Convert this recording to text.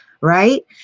Right